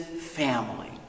family